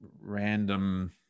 random